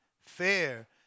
fair